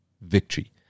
victory